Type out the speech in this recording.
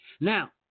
now